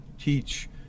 teach